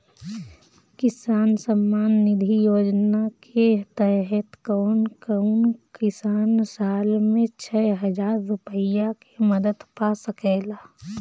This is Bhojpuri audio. किसान सम्मान निधि योजना के तहत कउन कउन किसान साल में छह हजार रूपया के मदद पा सकेला?